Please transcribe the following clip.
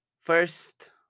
first